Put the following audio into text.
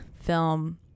film